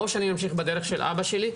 או שאני ממשיך בדרך של אבא שלי,